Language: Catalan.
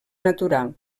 natural